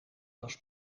was